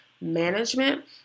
management